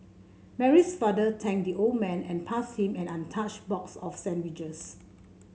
Mary's father thanked the old man and passed him an untouched box of sandwiches